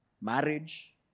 Marriage